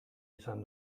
izan